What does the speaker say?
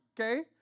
okay